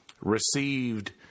received